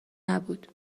نبود